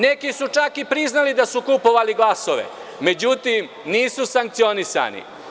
Neki su čak i priznali da su kupovali glasove, međutim nisu sankcionisani.